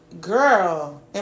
girl